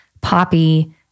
Poppy